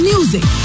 Music